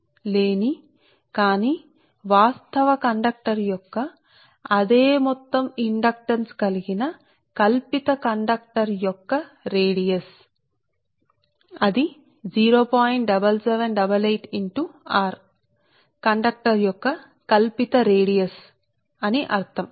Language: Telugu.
ఇప్పుడు ఈ వ్యాసార్థం r1 అనేది కల్పిత కండక్టర్ యొక్క వ్యాసార్థం ఇది మీరు ఊహించిన విధం గానే అంతర్గత ఇండక్టన్స్ లేదని మనం అనుకున్నాము సరే కాని వాస్తవ కండక్టర్ యొక్క అదే మొత్తం ఇండక్టెన్స్ కలిగి ఉంది అంటే అర్ధం ఏమనగా కల్పిత కండక్టర్ యొక్క వ్యాసార్థం